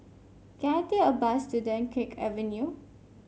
can I take a bus to Dunkirk Avenue